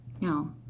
No